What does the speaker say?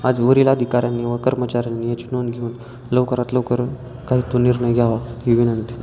आज वरील अधिकाऱ्यांनी व कर्मचऱ्यांनी याची नोंद घेऊन लवकरात लवकर काही तो निर्णय घ्यावा ही विनंती